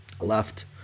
left